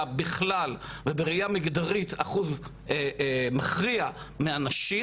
בכלל ובראייה מגדרית אחוז מכריע מהנשים,